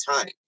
time